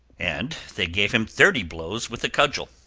and they gave him thirty blows with a cudgel.